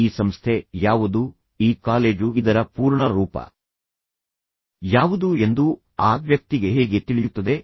ಈ ಸಂಸ್ಥೆ ಯಾವುದು ಈ ಕಾಲೇಜು ಇದರ ಪೂರ್ಣ ರೂಪ ಯಾವುದು ಎಂದು ಆ ವ್ಯಕ್ತಿಗೆ ಹೇಗೆ ತಿಳಿಯುತ್ತದೆ